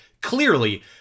clearly